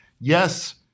Yes